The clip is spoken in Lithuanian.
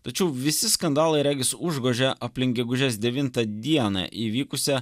tačiau visi skandalai regis užgožė aplink gegužės devintą dieną įvykusią